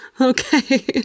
Okay